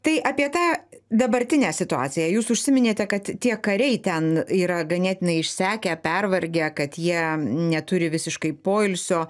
tai apie tą dabartinę situaciją jūs užsiminėte kad tie kariai ten yra ganėtinai išsekę pervargę kad jie neturi visiškai poilsio